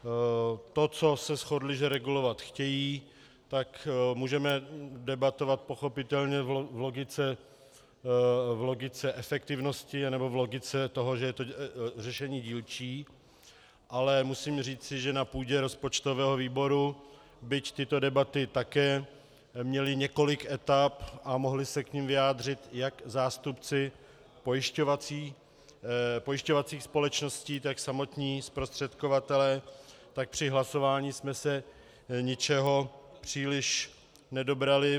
To, co se shodli, že regulovat chtějí, tak můžeme debatovat pochopitelně v logice efektivnosti nebo v logice toho, že je to řešení dílčí, ale musím říci, že na půdě rozpočtového výboru, byť tyto debaty také měly několik etap a mohli se k nim vyjádřit jak zástupci pojišťovacích společností, tak samotní zprostředkovatelé, tak při hlasování jsme se ničeho příliš nedobrali.